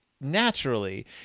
naturally